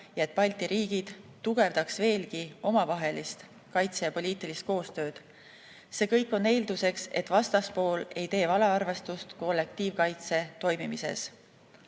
ja et Balti riigid tugevdaks veelgi omavahelist kaitse‑ ja poliitilist koostööd. See kõik on eelduseks, et vastaspool ei tee valearvestust kollektiivkaitse toimimises.